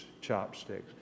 Chopsticks